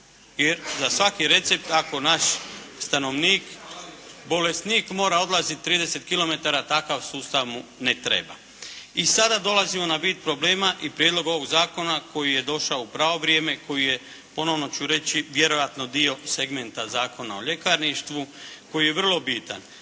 Jer za svaki recept ako naš stanovnik, bolesnik moga odlaziti 30 km takav sustav mu ne treba. I sada dolazi onaj vid problema i prijedlog ovoga Zakona koji je došao u pravo vrijeme, koji je, ponovno ću reći, vjerojatno dio segmenta Zakona o ljekarništvu, koji je vrlo bitan.